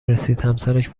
رسیدهمسرش